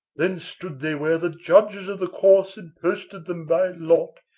then stood they where the judges of the course had posted them by lot,